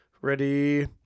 Ready